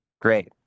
great